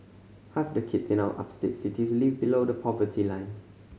half the kids in our upstate cities live below the poverty line